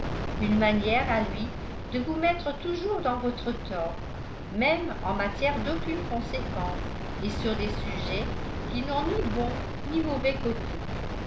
caractère une manière à lui de vous mettre toujours dans votre tort même en matière d'aucune conséquence et sur des sujets qui n'ont ni bon ni mauvais côté